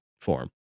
form